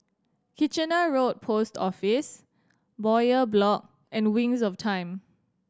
Kitchener Road Post Office Bowyer Block and Wings of Time